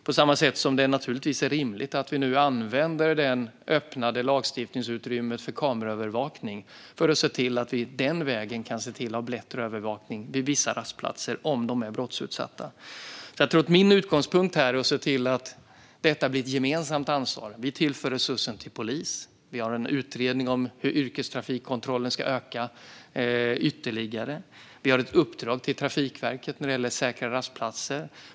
På samma sätt är det naturligtvis rimligt att vi nu använder det öppnade lagstiftningsutrymmet för kameraövervakning för att se till att vi på den vägen kan ha bättre övervakning vid vissa rastplatser, om de är brottsutsatta. Min utgångspunkt är att se till att detta blir ett gemensamt ansvar. Vi tillför resurser till polisen. Vi har en utredning om hur yrkestrafikkontrollen ska öka ytterligare, och vi har ett uppdrag till Trafikverket när det gäller säkra rastplatser.